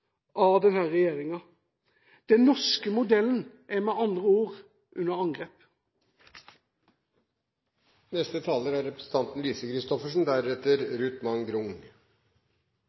regjeringa. Den norske modellen er med andre ord under